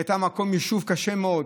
שהייתה מקום יישוב קשה מאוד,